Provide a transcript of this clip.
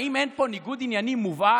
האם אין פה ניגוד עניינים מובהק,